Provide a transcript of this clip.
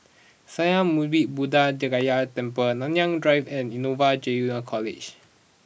Sakya Muni Buddha Gaya Temple Nanyang Drive and Innova Junior College